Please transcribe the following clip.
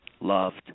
loved